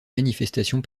manifestations